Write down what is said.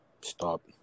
Stop